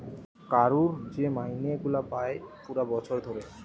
কারুর যে মাইনে গুলা পায় পুরা বছর ধরে